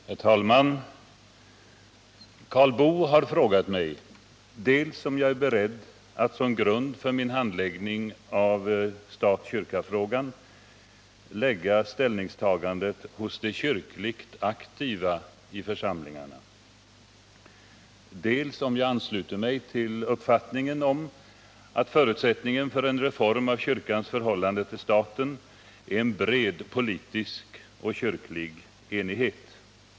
Herr talman! Karl Boo har frågat mig dels om jag är beredd att som grund för min handläggning av stat-kyrka-frågan lägga ställningstagandet hos de kyrkligt aktiva i församlingarna, dels om jag ansluter mig till uppfattningen om att förutsättningen för en reform av kyrkans förhållande till staten är en bred politisk och kyrklig enighet.